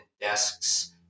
desks